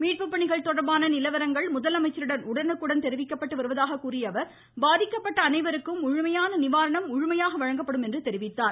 மீட்பு பணிகள் தொடர்பான நிலவரங்கள் முதலமைச்சரிடம் உடனுக்குடன் தெரிவிக்கப்பட்டு வருவதாக கூறிய அவர் பாதிக்கப்பட்ட அனைவருக்கும் முழுமையான நிவாரணம் முழுமையாக வழங்கப்படும் என்றார்